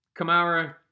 Kamara